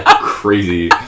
crazy